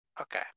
okay